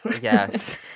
Yes